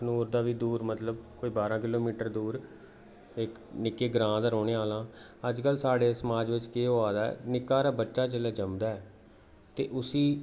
अखनूर दा बी दूर मतलब कोई बारां किलोमीटर दूर इक निक्के ग्रांऽ दा रौह्ने आह्ला आं अजकल साढ़े समाज च केह् होआ दा ऐ निक्का हारा बच्चा जेल्लै जमदा ऐ ते उसी